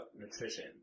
nutrition